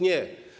Nie.